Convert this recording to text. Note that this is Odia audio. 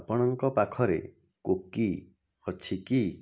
ଆପଣଙ୍କ ପାଖରେ କୁକି ଅଛି କି